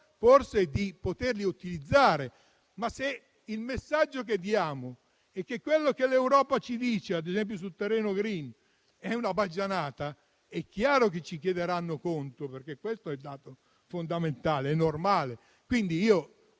di poterli utilizzare. Ma se il messaggio che diamo è che quello che l'Europa ci dice - ad esempio sul terreno *green* - è una baggianata, è chiaro che ci chiederanno conto. Questo è il dato fondamentale; è normale. Io ho